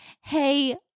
Hey